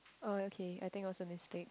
uh okay I think that was a mistake